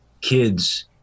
kids